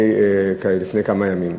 לפני כמה ימים.